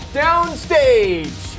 downstage